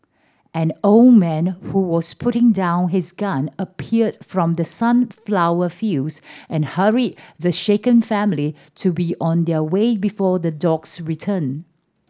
an old man who was putting down his gun appeared from the sunflower fields and hurried the shaken family to be on their way before the dogs return